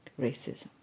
racism